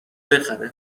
بخره